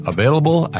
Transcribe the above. Available